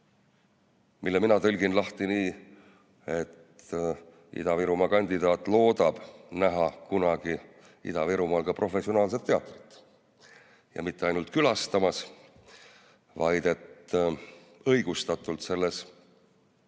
siis mina tõlgin selle lahti nii, et Ida-Virumaa kandidaat loodab näha kunagi Ida-Virumaal ka professionaalset teatrit. Ja mitte ainult külastamas, vaid õigustatult võiks selles